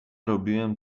robiłem